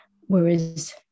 whereas